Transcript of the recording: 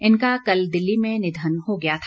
इनका कल दिल्ली में निधन हो गया था